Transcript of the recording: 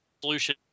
solution